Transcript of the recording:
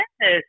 Yes